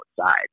outside